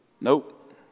Nope